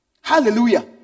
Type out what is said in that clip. Hallelujah